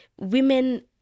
women